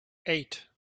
eight